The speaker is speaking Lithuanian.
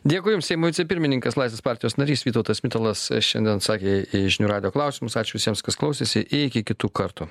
dėkui jums seimo vicepirmininkas laisvės partijos narys vytautas mitalas šiandien atsakė į žinių radijo klausimus ačiū visiems kas klausėsi iki kitų kartų